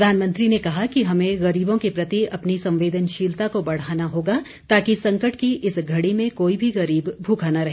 प्रधानमंत्री ने कहा कि हमें गरीबों के प्रति अपनी संवेदनशीलता को बढ़ाना होगा ताकि संकट की इस घड़ी में कोई भी गरीब भूखा न रहे